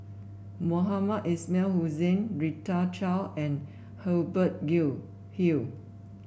Mohamed Ismail Hussain Rita Chao and Hubert You Hill